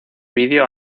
video